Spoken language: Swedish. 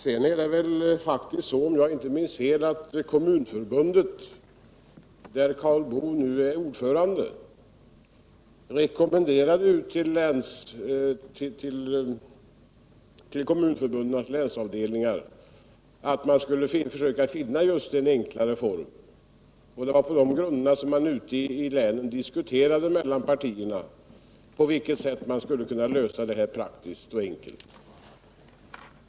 Sedan har väl - om jag inte minns fel - Kommunförbundet, där Karl Boo nu är ordförande, rekommenderat Kommunförbundets länsavdelningar att försöka finna just en enklare form, och det var på de grunderna som man ute i länen diskuterade mellan partierna på vilket sätt man skulle kunna lösa det här praktiskt och enkelt.